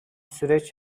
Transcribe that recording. süreç